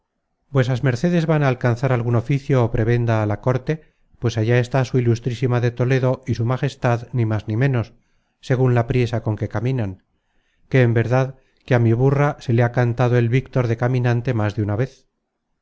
vuesas mercedes van á alcanzar algun pficio ó prebenda á la corte pues allá está su ilustrísima de toledo y su majestad ni más ni ménos segun la priesa con que caminan que en verdad que á mi burra se le ha cantado el víctor de caminante más de una vez